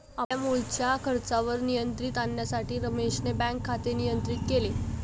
आपल्या मुळच्या खर्चावर नियंत्रण आणण्यासाठी रमेशने बँक खाते नियंत्रित केले